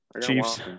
Chiefs